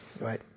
Right